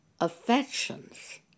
affections